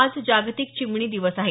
आज जागतिक चिमणी दिवस आहे